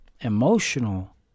emotional